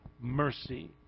mercy